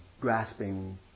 grasping